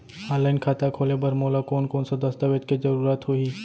Online खाता खोले बर मोला कोन कोन स दस्तावेज के जरूरत होही?